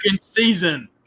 season